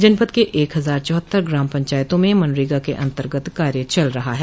जनपद के एक हजार चौहत्तर ग्राम पंचायतों में मनरेगा के अन्तर्गत कार्य चल रहा है